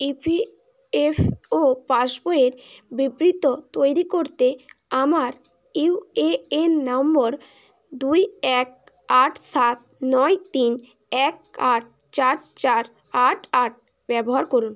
EPFO পাসবইয়ের বিবৃত তৈরি করতে আমার ইউএএন নম্বর দুই এক আট সাত নয় তিন এক আট চার চার আট আট ব্যবহার করুন